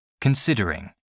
considering